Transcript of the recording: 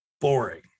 boring